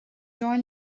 dóigh